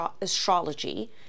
astrology